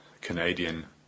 Canadian